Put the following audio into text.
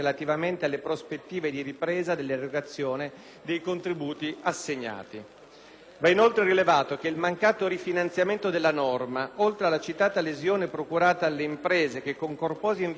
Va inoltre rilevato che il mancato rifinanziamento della norma, oltre alla citata lesione procurata alle imprese, che con corposi investimenti hanno anticipato quanto loro dovuto dallo Stato ai sensi delle leggi in vigore,